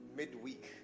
midweek